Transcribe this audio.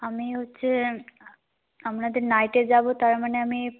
আমি হচ্ছে আপনাদের নাইটে যাব তার মানে আমি